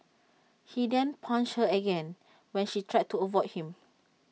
he then punched her again when she tried to avoid him